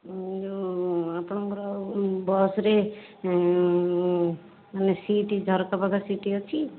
ଯେଉଁ ଆପଣଙ୍କର ବସରେ ମାନେ ସିଟ ଝରକା ପାଖ ସିଟ ଅଛି